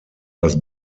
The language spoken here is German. das